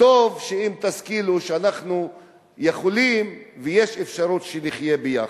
טוב אם תשכילו להבין שאנחנו יכולים וישנה אפשרות שנחיה ביחד.